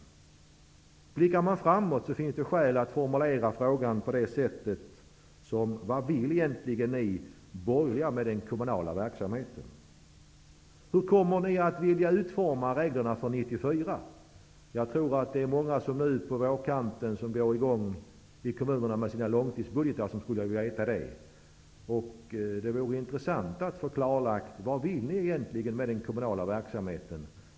Om man blickar framåt finns det skäl att fråga vad ni borgerliga egentligen vill med den kommunala verksamheten. Hur kommer ni att vilja utforma reglerna för 1994? Jag tror att många som i vår ute i kommunerna skall börja arbeta med långtidsbudgeten skulle vilja veta det. Det vore intressant att få klarlagt vad ni egentligen vill med den kommunala verksamheten.